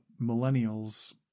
millennials